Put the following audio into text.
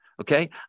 Okay